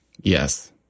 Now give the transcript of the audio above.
Yes